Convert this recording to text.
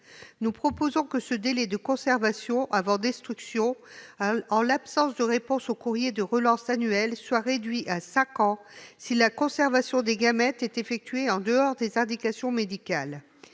Nous proposons que ce délai de conservation avant destruction en l'absence de réponse au courrier de relance annuel soit réduit à cinq ans si la conservation des gamètes est effectuée en dehors des indications médicales.